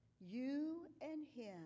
you-and-him